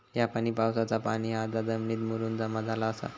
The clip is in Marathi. ह्या पाणी पावसाचा पाणी हा जा जमिनीत मुरून जमा झाला आसा